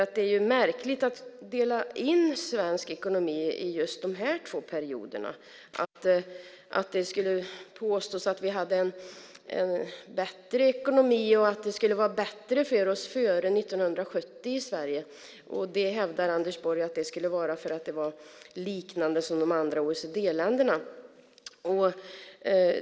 Det är nämligen märkligt att dela in svensk ekonomi i just de här två perioderna och därmed påstå att vi hade en bättre ekonomi i Sverige före 1970. Anders Borg hävdar att det skulle vara så för att vi då liknade de andra OECD-länderna.